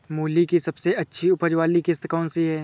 मूली की सबसे अच्छी उपज वाली किश्त कौन सी है?